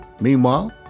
Meanwhile